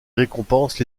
récompense